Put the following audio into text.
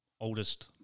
oldest